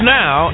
now